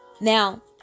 Now